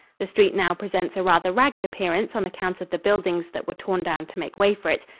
the street now presents a rather ragged appearance on account of the buildings that were torn down to make way for it.